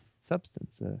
substance